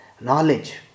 Knowledge